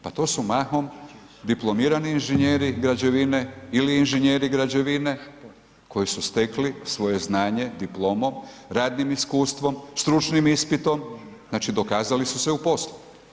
Pa to su mahom diplomirani inženjeri građevine ili inženjeri građevine koji su stekli svoje znanje diplomom, radnim iskustvom, stručnim ispitom, znači dokazali su se u poslu.